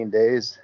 days